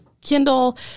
Kindle